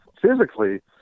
Physically